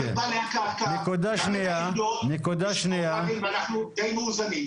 גם את בעלי הקרקע --- ואנחנו די מאוזנים.